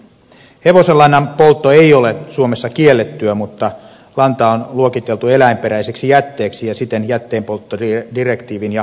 hevosenlannan poltto ei ole suomessa kiellettyä mutta lanta on luokiteltu eläinperäiseksi jätteeksi ja siten jätteenpolttodirektiivin ja asetuksen alaiseksi